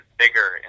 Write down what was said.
bigger